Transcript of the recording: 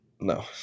no